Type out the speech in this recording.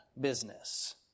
Business